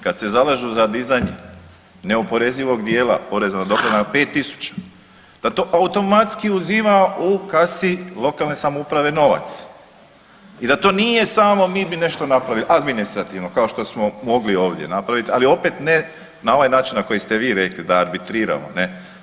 Kad se zalažu za dizanje neoporezivog dijela poreza na dohodak na 5.000 da to automatski uzima u kasi lokalne samouprave novac i da to nije samo mi bi nešto napravili administrativno kao što smo mogli ovdje napraviti, ali opet ne na ovaj način na koji ste vi rekli da arbitriramo ne.